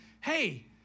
Hey